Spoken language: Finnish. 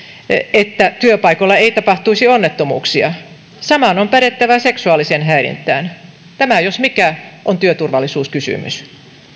että työpaikoilla ei tapahtuisi onnettomuuksia saman on pädettävä seksuaaliseen häirintään tämä jos mikä on työturvallisuuskysymys